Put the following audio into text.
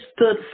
stood